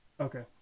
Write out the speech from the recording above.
Okay